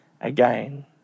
again